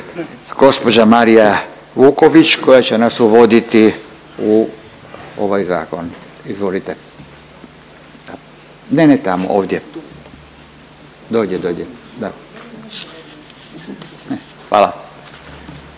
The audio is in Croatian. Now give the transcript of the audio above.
gđa Marija Vuković koja će nas uvoditi u ovaj Zakon. Izvolite. Ne, ne tamo. Ovdje. .../Govornik